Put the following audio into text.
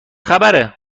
خبره